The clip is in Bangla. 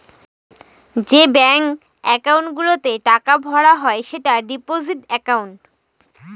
যে ব্যাঙ্ক একাউন্ট গুলোতে টাকা ভরা হয় সেটা ডিপোজিট একাউন্ট